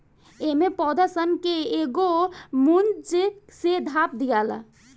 एमे पौधा सन के एगो मूंज से ढाप दियाला